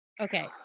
okay